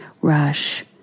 rush